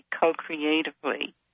co-creatively